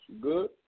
Good